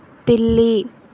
పిల్లి